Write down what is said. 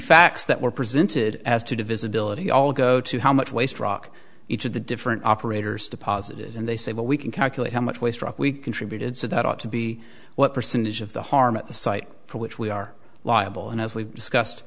facts that were presented as to divisibility all go to how much waste rock each of the different operators deposited and they say well we can calculate how much waste rock we contributed so that ought to be what percentage of the harm at the site for which we are liable and as we've discussed